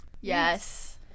Yes